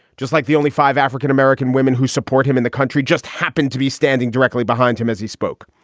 just like the only five african-american women who support him in the country just happened to be standing directly behind him as he spoke.